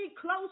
close